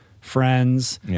friends